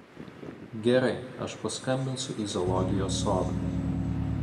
gerai aš paskambinsiu į zoologijos sodą